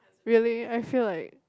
really I feel like